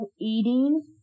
eating